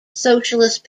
socialist